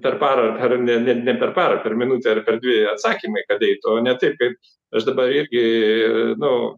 per parą ar ne ne per parą per minutę ar dvi atsakymai kad eitų o ne taip kaip aš dabar irgi nu